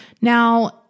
Now